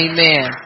Amen